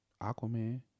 Aquaman